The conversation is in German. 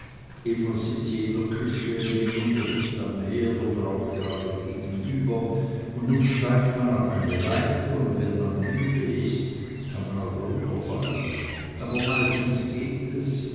immer sind sie in der küche mitunter dicht am herd oder auch gerade gegenüber und nun steigt man auf eine leiter und wenn man müde is kann man auch runterfallen aber meistens geht es